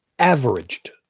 averaged